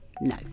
No